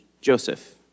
Joseph